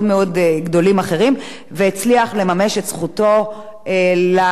והצליח לממש את זכותו למה שמגיע לו.